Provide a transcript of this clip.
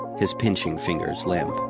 his pinching fingers limp